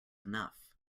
enough